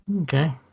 Okay